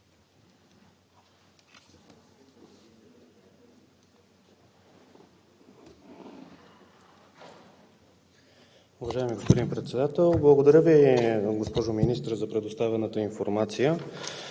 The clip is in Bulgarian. уважаеми господин Председател. Благодаря Ви, госпожо Министър, за предоставената информация.